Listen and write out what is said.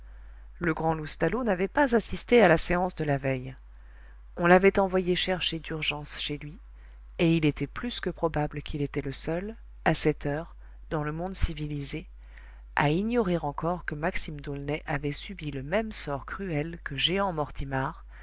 le grand loustalot n'avait pas assisté à la séance de la veille on l'avait envoyé chercher d'urgence chez lui et il était plus que probable qu'il était le seul à cette heure dans le monde civilisé à ignorer encore que maxime d'aulnay avait subi le même sort cruel que jehan mortimar